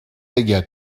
deia